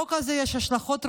לחוק הזה יש השלכות רוחב,